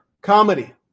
comedy